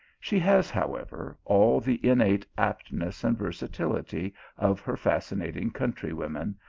she has, however, all the innate aptness and versatility of her fascinating country-women,